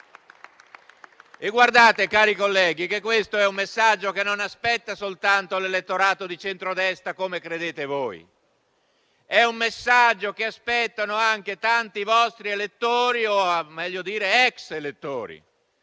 Onorevoli colleghi, questo è un messaggio che non aspetta soltanto l'elettorato di centrodestra, come credete voi, ma lo aspettano anche tanti vostri elettori, o meglio dire ex elettori,